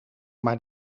maar